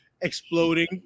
exploding